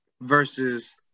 versus